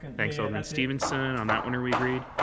thanks, alderman stevenson. on that one are we agreed?